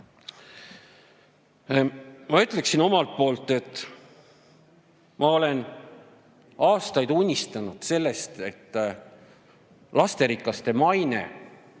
Ma ütleksin omalt poolt, et ma olen aastaid unistanud sellest, et lasterikaste perede